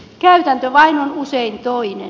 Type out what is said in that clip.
käytäntö vain on usein toinen